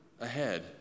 ahead